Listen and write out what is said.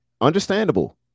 understandable